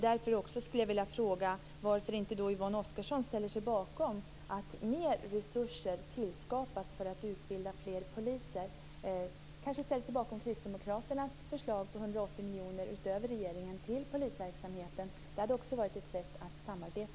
Då skulle jag vilja fråga varför Yvonne Oscarsson inte ställer sig bakom att mer resurser tillskapas för att utbilda fler poliser och kanske ställer sig bakom Kristdemokraternas förslag på 180 miljoner kronor utöver regeringens förslag till polisverksamheten. Det hade också varit ett sätt att samarbeta.